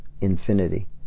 infinity